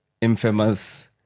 infamous